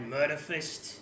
Murderfist